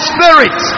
Spirit